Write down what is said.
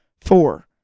Four